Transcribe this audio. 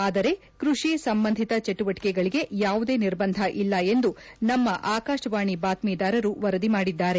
ಆದರೆ ಕೃಷಿ ಸಂಬಂಧಿತ ಚಟುವಟಕೆಗಳಿಗೆ ಯಾವುದೇ ನಿರ್ಬಂಧ ಇಲ್ಲ ಎಂದು ನಮ್ಮ ಆಕಾಶವಾಣಿ ಬಾತ್ತೀದಾರರು ವರದಿ ಮಾಡಿದ್ದಾರೆ